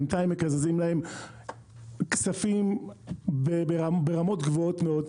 בינתיים מקזזים להם כספים ברמות גבוהות מאוד.